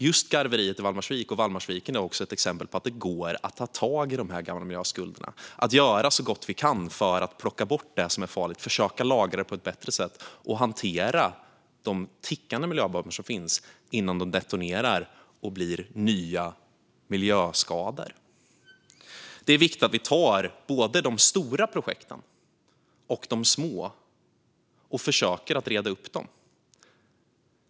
Just garveriet i Valdemarsvik och Valdemarsviken är ett exempel på att det går att ta tag i de här gamla miljöskulderna och göra så gott vi kan för att plocka bort det som är farligt, försöka lagra det på ett bättre sätt och hantera de tickande miljöbomber som finns innan de detonerar och blir nya miljöskador. Det är viktigt att vi tar både de stora projekten och de små och försöker att reda upp dem.